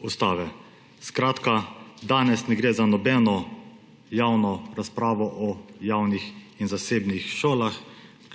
Ustave.« Skratka, danes ne gre za nobeno javno razpravo o javnih in zasebnih šolah,